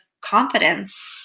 confidence